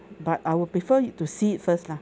but I would prefer it to see it first lah